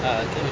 ah okay